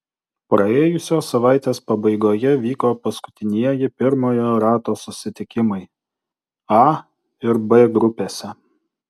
praėjusios savaitės pabaigoje vyko paskutinieji pirmojo rato susitikimai a ir b grupėse